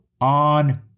on